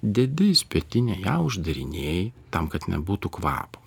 dedi į spietinę ją uždarinėji tam kad nebūtų kvapo